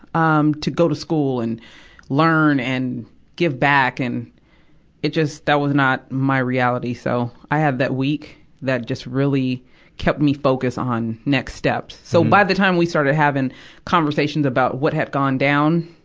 um, to go to school and learn and give back. and it just, that was not my reality. so, i had that week that just really kept me focused on next steps. so, by the time we started having conversations about what had gone down,